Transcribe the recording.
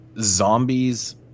zombies